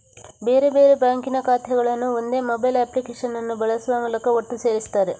ಬೇರೆ ಬೇರೆ ಬ್ಯಾಂಕಿನ ಖಾತೆಗಳನ್ನ ಒಂದೇ ಮೊಬೈಲ್ ಅಪ್ಲಿಕೇಶನ್ ಅನ್ನು ಬಳಸುವ ಮೂಲಕ ಒಟ್ಟು ಸೇರಿಸ್ತಾರೆ